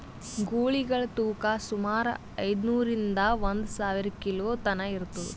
ಗೂಳಿಗಳ್ ತೂಕಾ ಸುಮಾರ್ ಐದ್ನೂರಿಂದಾ ಒಂದ್ ಸಾವಿರ ಕಿಲೋ ತನಾ ಇರ್ತದ್